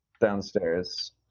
downstairs